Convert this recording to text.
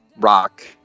rock